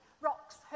rocks